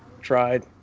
tried